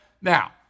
Now